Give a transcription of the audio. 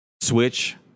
Switch